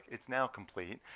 it's now complete.